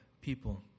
people